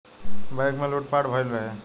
bank में लूट पाट भईल रहे